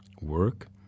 work